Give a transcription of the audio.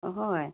হয়